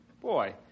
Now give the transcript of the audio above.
Boy